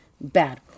Bad